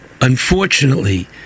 unfortunately